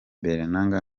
bellange